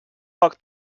poc